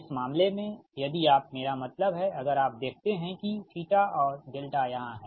इस मामले में यदि आप मेरा मतलब है अगर आप देखते हैं कि θ और δ यहाँ है